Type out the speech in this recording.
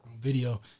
video